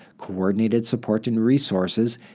coordinated support and resources,